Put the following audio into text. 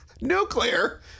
Nuclear